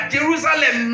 Jerusalem